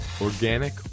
Organic